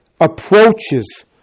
approaches